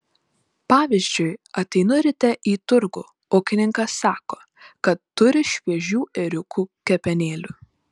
pavyzdžiui ateinu ryte į turgų ūkininkas sako kad turi šviežių ėriukų kepenėlių